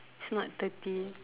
is not thirty